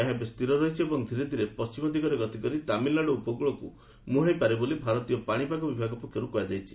ଏହା ଏବେ ସ୍ଥିର ରହିଛି ଏବଂ ଧୀରେ ଧୀରେ ପଣ୍ଢିମ ଦିଗରେ ଗତି କରି ତାମିଲନାଡୁ ଉପକୂଳକୁ ମୁହାଁଇ ପାରେ ବୋଲି ଭାରତୀୟ ପାଣିପାଗ ବିଭାଗ ପକ୍ଷରୁ କୁହାଯାଇଛି